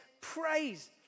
praise